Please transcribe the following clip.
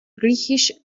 griechisch